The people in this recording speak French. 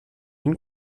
une